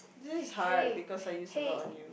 this is hard because I use a lot on you